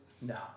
No